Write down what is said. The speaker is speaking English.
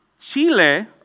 chile